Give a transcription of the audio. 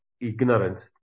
ignorance